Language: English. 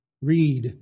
Read